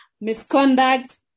misconduct